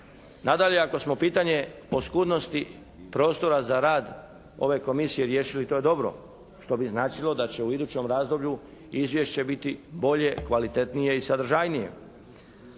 Nadalje, ako smo pitanje oskudnosti prostora za rad ove Komisije riješili to je dobro, što bi značilo da će u idućem razdoblju Izvješće biti bolje, kvalitetnije i sadržajnije.